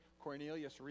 Cornelius